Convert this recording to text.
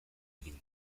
egin